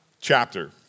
chapter